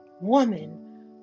woman